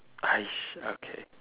!hais! okay